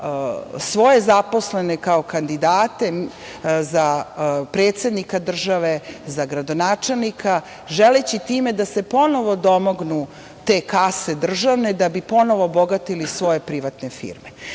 svoje zaposlene kao kandidate za predsednika države, za gradonačelnika, želeći time da se ponovo domognu te kase državne, da bi ponovo bogatili svoje privatne firme. Kada